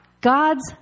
God's